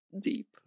deep